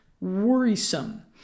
worrisome